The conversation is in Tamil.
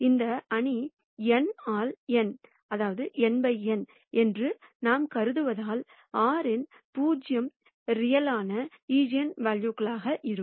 இந்த அணி n ஆல் n என்று நாம் கருதுவதால் r இன் 0 உண்மையான ஈஜென்வெல்யூக்கள் இருக்கும்